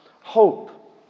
hope